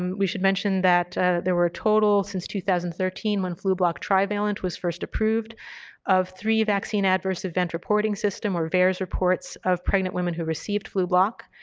um we should mention that there were a total since two thousand and thirteen when flublok trivalent was first approved of three vaccine adverse event reporting system or vaers repports of pregnant women who received flublok.